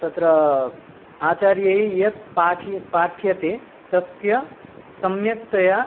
तत्र आचार्यैः यत् पाठिय पाठ्यते तस्य सम्यक्तया